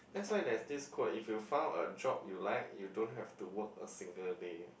that's why they have this quote if you found a job you like you don't have to work a single day